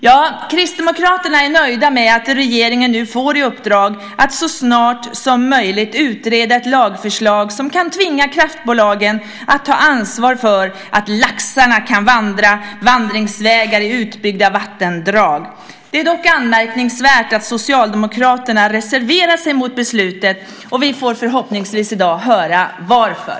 Ja, Kristdemokraterna är nöjda med att regeringen nu får i uppdrag att så snart som möjligt utreda ett lagförslag som kan tvinga kraftbolagen att ta ansvar för att laxarna kan vandra vandringsvägar i utbyggda vattendrag. Det är dock anmärkningsvärt att Socialdemokraterna reserverar sig mot beslutet. Vi får förhoppningsvis i dag höra varför.